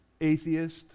atheist